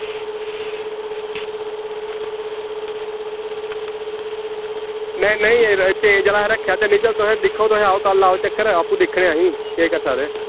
नेईं नेईं चेंज आह्ला रक्खे दा ते नेईं चल दिक्खो तुस आओ कल लाओ चक्कर आपूं दिक्खने आं अहीं केह् करी सकदे